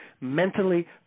mentally